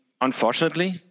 unfortunately